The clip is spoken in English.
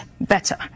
better